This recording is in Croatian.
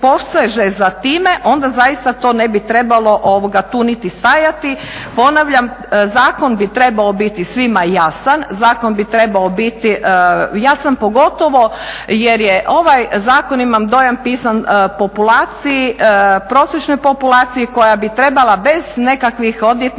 za time onda zaista to ne bi trebalo tu niti stajati. Ponavljam, zakon bi trebao biti svima jasan, zakon bi trebao biti jasan pogotovo jer je ovaj zakon imam dojam pisan prosječnoj populaciji koja bi trebala bez nekakvih odvjetnika